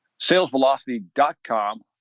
Salesvelocity.com